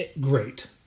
great